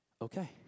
Okay